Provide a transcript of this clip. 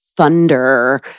Thunder